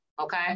okay